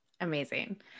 Amazing